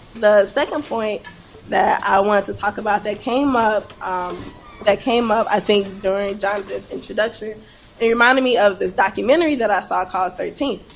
the second point that i want to talk about that came up um that came up i think during jonathan's introduction that reminded me of documentary that i saw called thirteenth.